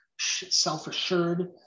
self-assured